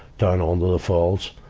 down onto the falls.